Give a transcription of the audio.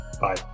Bye